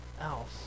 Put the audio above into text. else